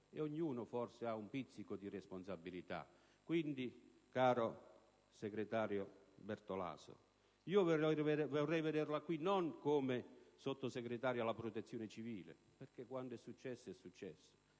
Ognuno forse ha un pizzico di responsabilità. Quindi, caro sottosegretario Bertolaso, vorrei vederla qui non come sottosegretario alla Protezione civile, perché quando un fatto è successo è successo.